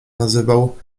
nazywał